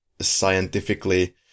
scientifically